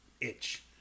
itch